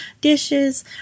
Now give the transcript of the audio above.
dishes